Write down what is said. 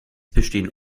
bestehen